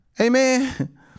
Amen